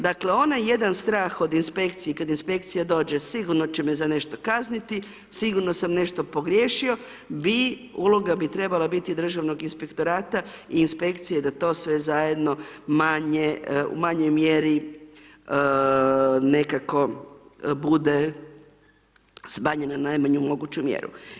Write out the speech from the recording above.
Dakle, onaj jedan strah od inspekcije, kad inspekcija dođe, sigurno će me za nešto kazniti, sigurno sam nešto pogriješio, bi, uloga bi trebala biti državnog inspektorata i inspekcije da to sve zajedno manje, u manjoj mjeri, nekako bude smanjeno na najmanju moguću mjeru.